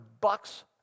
bucks